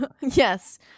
Yes